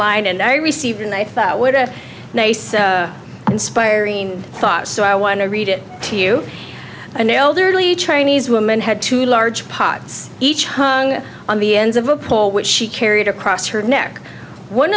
line and i received and i thought what a nice inspiring thought so i want to read it to you an elderly chinese woman had two large pots each hung on the ends of a pole which she carried across her neck one